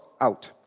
out